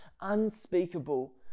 unspeakable